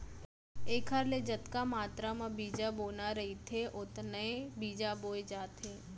एखर ले जतका मातरा म बीजा बोना रहिथे ओतने बीजा बोए जाथे